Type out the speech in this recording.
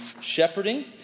shepherding